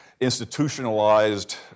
institutionalized